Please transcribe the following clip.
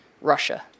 Russia